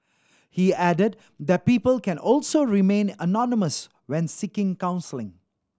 he added that people can also remain anonymous when seeking counselling